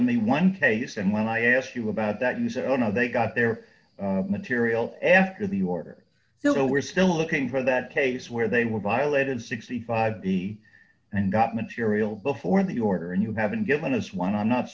me one case and when i asked you about that you say oh no they got their material after the order so we're still looking for that case where they were violated sixty five b and got material before the order and you haven't given us one i'm not